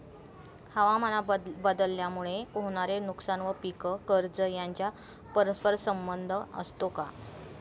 हवामानबदलामुळे होणारे नुकसान व पीक कर्ज यांचा परस्पर संबंध असतो का?